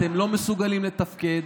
אתם לא מסוגלים לתפקד.